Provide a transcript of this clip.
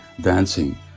dancing